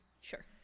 Sure